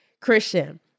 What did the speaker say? Christian